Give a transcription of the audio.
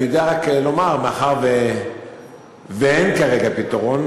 אני יודע רק לומר שמאחר שאין כרגע פתרון,